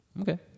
Okay